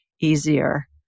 easier